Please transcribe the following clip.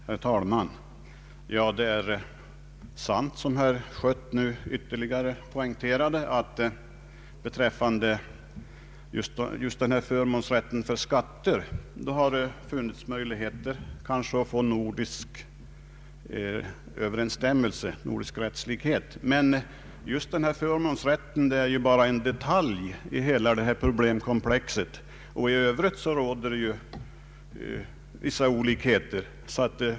Herr talman! Det är sant som herr Schött nu ytterligare poängterade, att det beträffande just förmånsrätten för skatter kanske hade funnits möjligheter att få nordisk likformighet i lagstiftningen. Men denna förmånsrätt är bara en detalj i hela detta problemkomplex. I övrigt råder vissa olikheter.